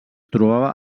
trobava